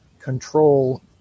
control